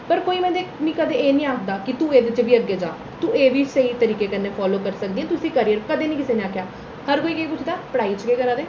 मगर कोई मिगी कदें एह् निं आखदा कि तू एह्दे च बी अग्गें जां तू एह् बी स्हेई तरीके कन्नै फालो करी सकदी ऐं तू इसी कर कदें निं कुसै ने आखेआ हर कोई इ'यै पुछदा पढ़ाई च केह् करै दे